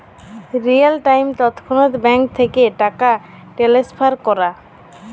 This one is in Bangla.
রিয়েল টাইম তৎক্ষণাৎ ব্যাংক থ্যাইকে টাকা টেলেসফার ক্যরা